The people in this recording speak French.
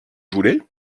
voulais